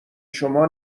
شما